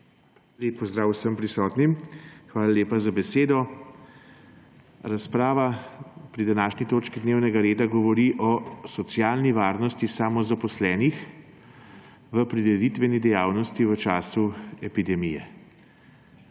Lep pozdrav vsem prisotnim! Hvala lepa za besedo. Razprava pri današnji točki dnevnega reda govori o socialni varnosti samozaposlenih v prireditveni dejavnosti v času epidemije.